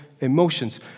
emotions